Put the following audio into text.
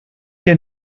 ihr